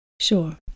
Sure